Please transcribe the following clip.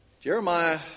Jeremiah